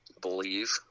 believe